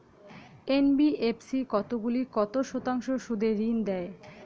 NBFC কতগুলি কত শতাংশ সুদে ঋন দেয়?